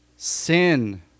Sin